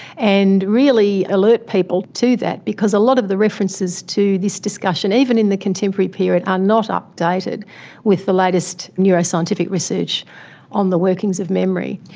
and really alert people to that because a lot of the references to this discussion, even in the contemporary period, are not updated with the latest neuroscientific research on the workings of memory.